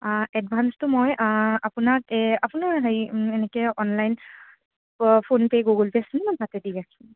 এডভান্সটো মই আপোনাক এই আপোনাৰ হেৰি এনেকৈ online PhonePe' Google Pay আছেনে মই তাতে দি আছোঁ